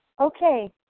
Okay